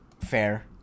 Fair